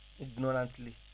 Ignorantly